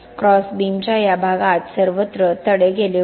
क्रॉसबीमच्या या भागात सर्वत्र तडे गेले होते